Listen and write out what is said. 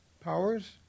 Powers